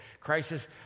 crisis